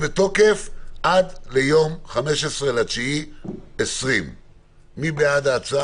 בתוקף עד ליום 15 בספטמבר 2020. מי בעד?